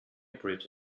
bridge